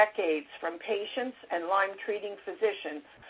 decades from patients and lyme-treating physicians,